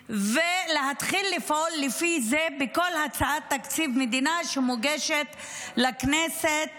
ולהתחיל לפעול לפי זה בכל הצעת תקציב מדינה שמוגשת לכנסת